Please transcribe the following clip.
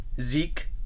Zeke